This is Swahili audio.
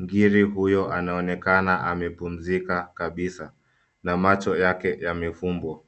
Ngiri huyo anaonekana amepumzika kabisa na macho yake yamefumbwa.